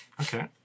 Okay